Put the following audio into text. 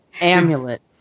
Amulet